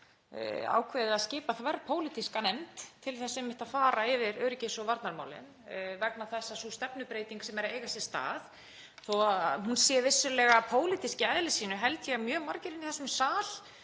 nýlega ákveðið að skipa þverpólitíska nefnd til þess einmitt að fara yfir öryggis- og varnarmálin vegna þess að þótt sú stefnubreyting sem er að eiga sér stað sé vissulega pólitísk í eðli sínu held ég að mjög margir í þessum sal